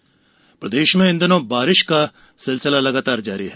मौसम प्रदेश में इन दिनों बारिश का सिलसिला जारी है